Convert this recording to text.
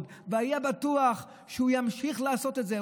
והיה בטוח שהוא ימשיך לעשות את זה.